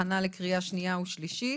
בהכנה לקריאה שנייה ושלישית.